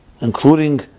including